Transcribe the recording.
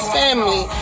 family